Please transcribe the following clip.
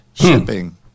Shipping